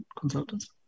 consultants